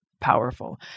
powerful